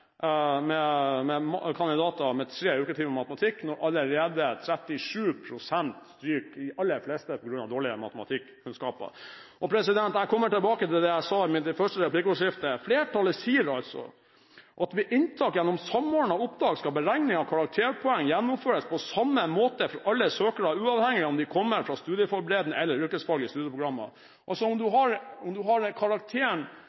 Jeg kommer tilbake til det jeg sa i det første replikkordskiftet. Flertallet sier at «ved inntak gjennom Samordna opptak skal beregningen av karakterpoeng gjennomføres på samme måte for alle søkere, uavhengig av om de kommer fra studieforberedende eller yrkesfaglige studieprogrammer». Det vil si at om